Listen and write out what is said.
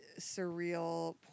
surreal